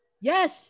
Yes